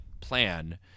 plan